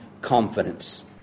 confidence